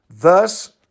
thus